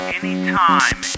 anytime